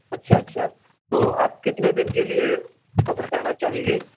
اچھا اچھا تو آپ کتنے دن کے لیے سفر کرنا چاہیں گے